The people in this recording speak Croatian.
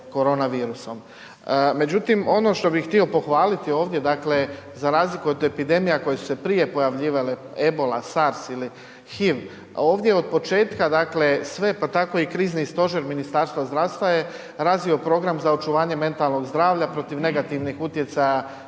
Međutim ono što bi htio pohvaliti ovdje za razliku od epidemija koje su se prije pojavljivale, ebola, SARS ili HIV ovdje od početka sve pa tako i Krizni stožer Ministarstva zdravstva je razvio Program za očuvanje mentalnog zdravlja protiv negativnih utjecaja